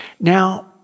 Now